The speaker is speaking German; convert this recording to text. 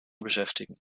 beschäftigen